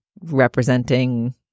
representing